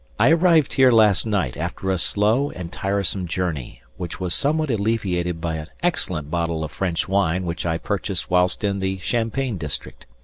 i arrived here last night after a slow and tiresome journey, which was somewhat alleviated by an excellent bottle of french wine which i purchased whilst in the champagne district.